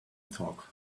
talk